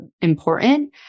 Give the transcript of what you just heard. important